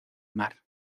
mar